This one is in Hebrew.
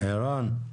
ערן,